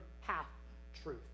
half-truth